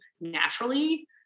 naturally